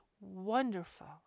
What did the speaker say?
wonderful